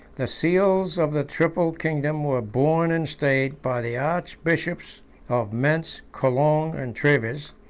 the seals of the triple kingdom were borne in state by the archbishops of mentz, cologne, and treves,